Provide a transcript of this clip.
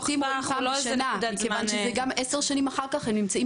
זה ארוך טווח כיוון שגם אחר כך הם נמצאים